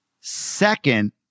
second